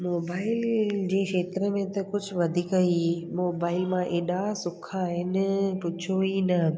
mobile जे खेत्र में त कुझु वधीक ई मोबाइल मां एॾा सुख आहिनि पुछो ई न